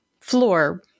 floor